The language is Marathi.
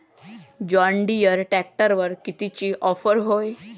जॉनडीयर ट्रॅक्टरवर कितीची ऑफर हाये?